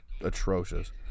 atrocious